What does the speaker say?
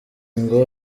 ngo